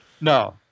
No